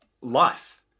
life